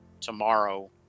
tomorrow